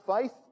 faith